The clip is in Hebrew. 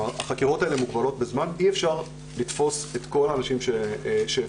החקירות האלה מוגבלות בזמן לתפוס את כל האנשים שהפיצו,